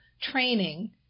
training